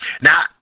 Now